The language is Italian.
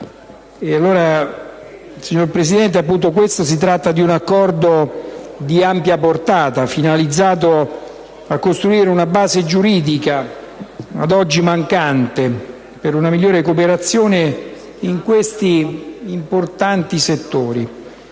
di voto. Quello al nostro esame è un Accordo di ampia portata, finalizzato a costruire una base giuridica ad oggi mancante per una migliore cooperazione in questi importanti settori.